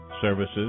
services